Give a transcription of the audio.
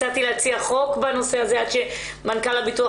הצעתי להציע חוק בנושא הזה עד שמנכ"ל הביטוח